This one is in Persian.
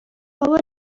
بابا